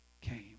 came